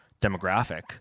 demographic